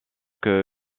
que